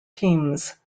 teams